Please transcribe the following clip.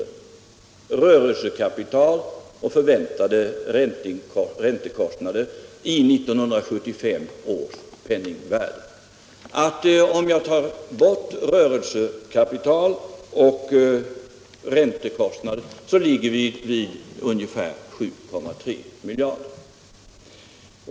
rörelsekapital och förväntade räntekostnader i 1975 års penningvärde. Om jag tar bort rörelsekapital och räntekostnader ligger summan vid ungefär 7,3 miljarder.